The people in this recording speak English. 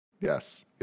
yes